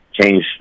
change